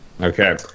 Okay